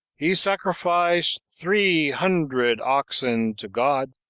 he sacrificed three hundred oxen to god,